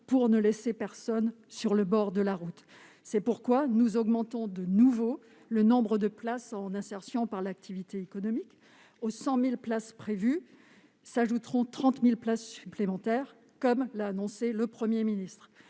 pour ne laisser personne sur le bord de la route. C'est pourquoi nous augmentons de nouveau le nombre de places en insertion par l'activité économique (IAE) : aux 100 000 places prévues s'ajouteront 30 000 places supplémentaires, comme l'a annoncé le Premier ministre.